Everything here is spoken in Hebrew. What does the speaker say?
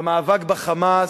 במאבק ב"חמאס",